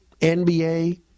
NBA